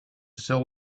sell